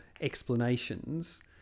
explanations